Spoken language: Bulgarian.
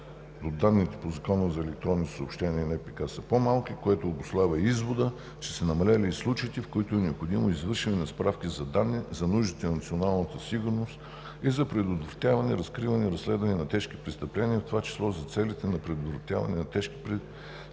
и Наказателно-процесуалния кодекс са по-малко, което обуславя извода, че са намалели и случаите, в които е необходимо извършване на справки за данни за нуждите на националната сигурност и за предотвратяване, разкриване и разследване на тежки престъпления, в това число за целите на предотвратяване на тежки престъпления